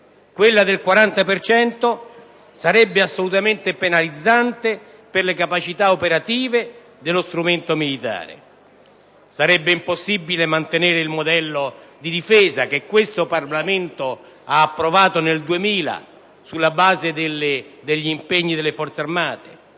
quella del 40 per cento sarebbe assolutamente penalizzante per le capacità operative dello strumento militare. Diventerebbe infatti impossibile mantenere il modello di difesa che il Parlamento ha approvato nel 2000, sulla base degli impegni delle Forze armate.